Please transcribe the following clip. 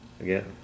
Again